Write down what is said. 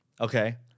okay